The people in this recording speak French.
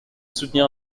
soutenir